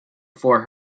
for